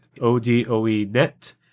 O-D-O-E-Net